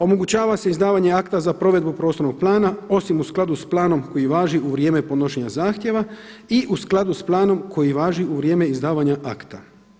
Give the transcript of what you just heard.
Omogućava se izdavanje akta za provedbu prostornog plana osim u skladu sa planom koji važi u vrijeme podnošenja zahtjeva i u skladu sa planom koji važi u vrijeme izdavanja akta.